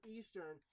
Eastern